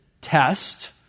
test